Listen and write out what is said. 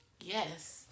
yes